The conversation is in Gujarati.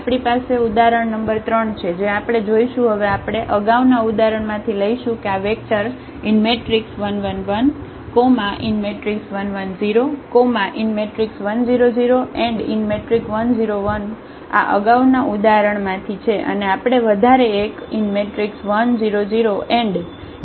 આપણી પાસે ઉદાહરણ નંબર 3 છે જે આપણે જોશું હવે આપણે અગાઉના ઉદાહરણ માંથી લઈશું કે આ વેક્ટર 1 1 1 1 1 0 1 0 0 1 0 1 આ અગાઉના ઉદાહરણ માંથી છે અને આપણે વધારે એક 1 0 0 1 0 1 લઈશું